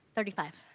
thirty five.